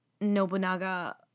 Nobunaga